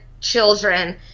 children